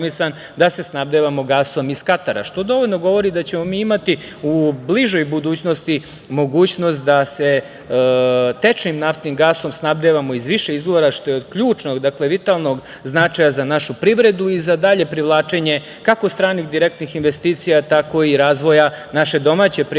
da se snabdevamo gasom iz Katara. To dovoljno govori da ćemo mi imati u bližoj budućnosti mogućnost da se tečnim naftnim gasom snabdevamo iz više izvora, što je od ključnog, vitalnog značaja za našu privredu i za dalje privlačenje kako stranih direktnih investicija, tako i razvoja naše domaće privrede,